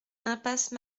impasse